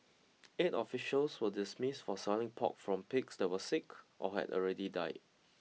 eight officials were dismissed for selling pork from pigs that were sick or had already died